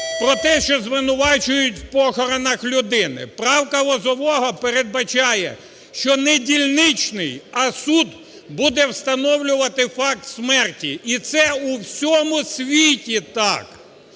про те, що звинувачують у похоронах людини. Правка Лозового передбачає, що не дільничний, а суд буде встановлювати факт смерті і це у всьому світі так,